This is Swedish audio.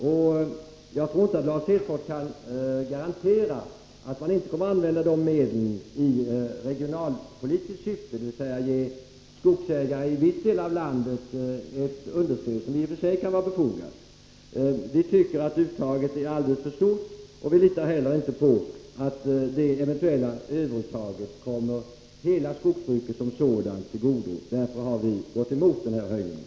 Men jag tror inte att Lars Hedfors kan garantera att man inte kommer att använda de medlen i regionalpolitiskt syfte, dvs. genom att ge skogsägare i en viss del av landet ett understöd — vilket i och för sig kan vara befogat. Vi tycker att uttaget är alldeles för stort, och vi litar inte heller på att det eventuella överuttaget kommer hela skogsbruket som sådant till godo. Därför har vi gått emot höjningen.